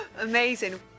amazing